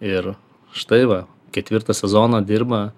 ir štai va ketvirtą sezoną dirba